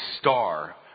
star